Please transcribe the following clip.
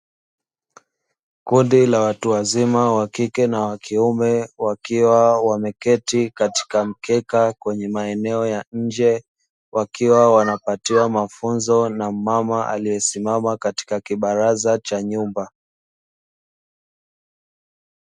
Kundi la watu wazima wakike na wakiume, wakiwa wameketi katika mkeka kwenye maeneo ya nje, wakiwa wanapatiwa mafunzo na mmama aliyesimama, katika kibaraza cha nyumba.